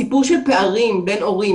הסיפור של פערים בין הורים